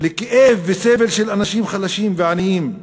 לכאב ולסבל של אנשים חלשים ועניים,